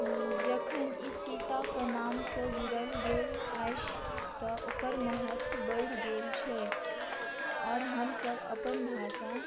जखन ई सीतके नाम सँ जोड़ल गेल अछि तऽ ओकर महत्व बढ़ि गेल छै आओर हमसभ अपन भाषा